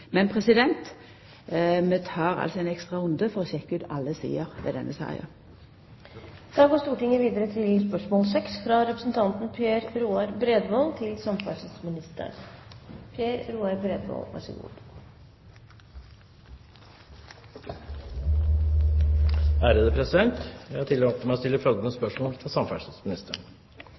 Men vi tek altså ein ekstra runde for å sjekka ut alle sider ved denne saka. Jeg tillater meg å stille følgende spørsmål